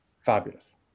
fabulous